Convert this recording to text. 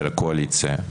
של הקואליציה,